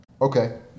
Okay